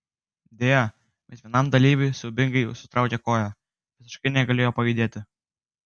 deja bet vienam dalyviui siaubingai sutraukė koją visiškai negalėjo pajudėti